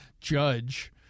judge